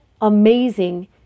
amazing